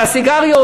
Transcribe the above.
על הסיגריות,